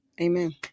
amen